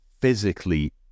physically